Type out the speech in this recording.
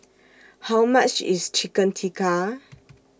How much IS Chicken Tikka